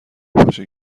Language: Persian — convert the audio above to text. پاشو